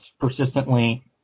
persistently